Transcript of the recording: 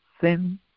sin